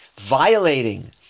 violating